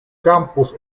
campos